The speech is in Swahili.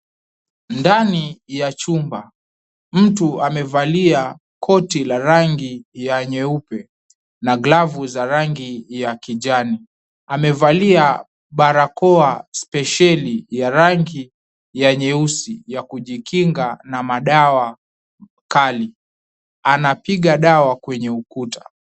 Ndani ya chumba mtu amevalia koti la rangi ya nyeupe na glavu za rangi ya kijani. Amevalia barakoa spesheli ya rangi ya nyeusi ya kujikinga na madawa kali. Anapiga dawa kwenye ukuta.